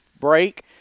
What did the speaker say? break